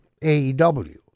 AEW